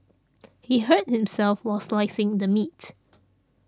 he hurt himself while slicing the meat